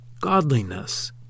godliness